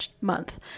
month